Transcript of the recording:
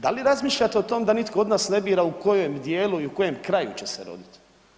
Da li razmišljate o tom da nitko od nas ne bira u kojem dijelu i u kojem kraju će se roditi?